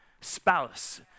spouse